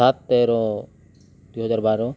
ସାତ ତେର ଦୁଇହଜାର ବାର